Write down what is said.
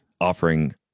offering